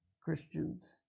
Christians